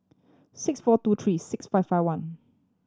six four two three six five five one